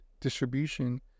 distribution